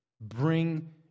Bring